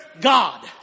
God